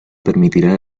permitirá